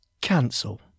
Cancel